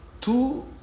two